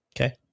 Okay